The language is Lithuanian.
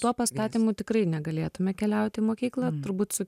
tuo pastatymu tikrai negalėtume keliaut į mokyklą turbūt su